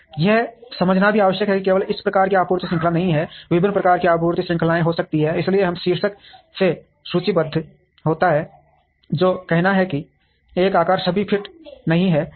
यह समझना भी आवश्यक है कि केवल एक प्रकार की आपूर्ति श्रृंखला नहीं है विभिन्न प्रकार की आपूर्ति श्रृंखलाएं हो सकती हैं इसलिए यह शीर्षक से सूचीबद्ध होता है जो कहता है कि एक आकार सभी फिट नहीं है